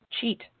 cheat